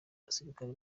abasirikare